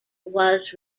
was